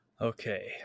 Okay